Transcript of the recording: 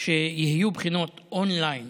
שיהיו בחינות און-ליין